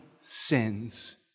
sins